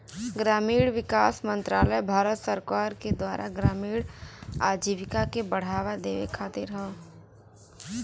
ग्रामीण विकास मंत्रालय भारत सरकार के द्वारा ग्रामीण आजीविका के बढ़ावा देवे खातिर हौ